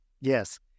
Yes